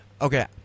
okay